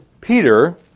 Peter